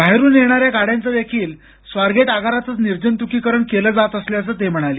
बाहेरून येणाऱ्या गाड्यांचं देखील स्वारगेट आगारात निर्जंतुकीकरण केलं जात असल्याचं ते म्हणाले